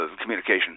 communication